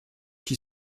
qui